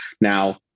Now